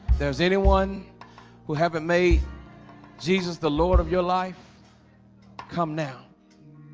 there's anyone who haven't made jesus the lord of your life come now